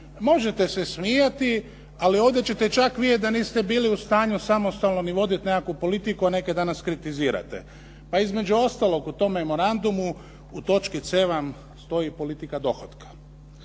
Možete se smijati, ali ovdje ćete vidjeti da niste bili u stanju samostalno ni voditi nekakvu politiku, a neke danas kritizirate. Pa između ostalog u tom memorandumu u točki c vam stoji, Politika dohotka.